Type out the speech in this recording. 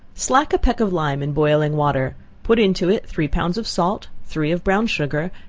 slack a peck of lime in boiling water put into it three pounds of salt, three of brown sugar,